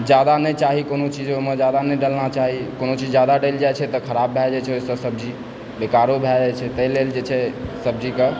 जादा नहि चाही कोनो चीज ओहिमे जादा नहि डलना चाही कोनो चीज जादा डलि जा छै तऽ खराब भए जाइ छै ओहिसँ सब्जी बेकारों भए जाइ छै ताहिलेल जे छै सब्जीकऽ